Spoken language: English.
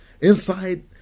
Inside